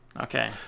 Okay